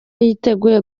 yiteguye